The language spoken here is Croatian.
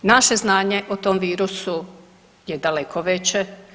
Naše znanje o tom virusu je daleko veće.